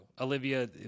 Olivia